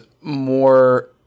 more